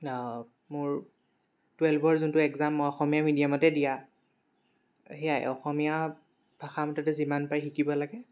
মোৰ টুৱেলভৰ যোনটো এগ্জাম অসমীয়া মিডিয়ামতে দিয়া সেয়াই অসমীয়া ভাষা মুঠতে যিমান পাৰি শিকিব লাগে